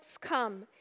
come